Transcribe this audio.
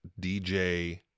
DJ